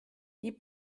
die